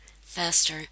faster